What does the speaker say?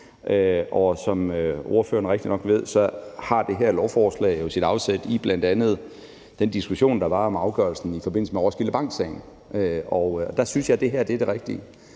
og som ordføreren rigtignok ved, har det her lovforslag jo sit afsæt i bl.a. den diskussion, der var om afgørelsen i forbindelse med Roskilde Bank-sagen, og der synes jeg, det her er det rigtige,